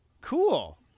cool